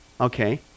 Okay